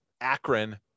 Akron